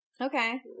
Okay